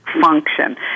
function